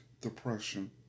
depression